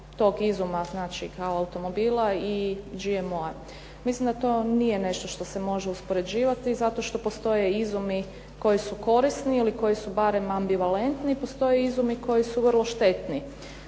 tog izuma znači kao automobila i GMO-a. Mislim da to nije nešto što se može uspoređivati, zato što postoje izumi koji su korisni ili koji su barem ambivalentni. Postoje izumi koji su vrlo štetni.